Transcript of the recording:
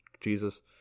Jesus